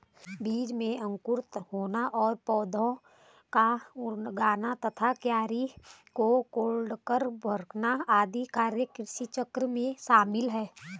बीज में अंकुर होना और पौधा का उगना तथा क्यारी को कोड़कर भरना आदि कार्य कृषिचक्र में शामिल है